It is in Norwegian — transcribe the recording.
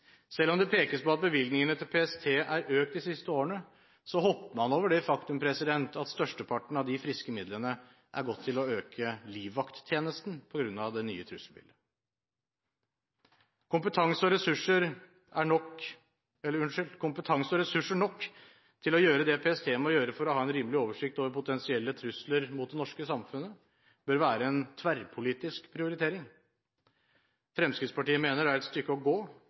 Selv om det pekes på at bevilgningene til PST er økt de siste årene, hopper man over det faktum at størsteparten av disse friske midlene har gått til å øke livvakttjenesten på grunn av det nye trusselbildet. Kompetanse og ressurser nok til å gjøre det PST må gjøre for å ha en rimelig oversikt over potensielle trusler mot det norske samfunnet, bør være en tverrpolitisk prioritering. Fremskrittspartiet mener det er et stykke å gå